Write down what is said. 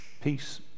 peace